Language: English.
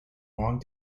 long